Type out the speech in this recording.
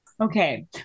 Okay